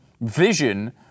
vision